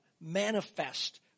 manifest